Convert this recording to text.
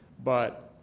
but